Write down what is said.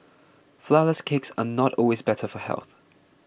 Flourless Cakes are not always better for health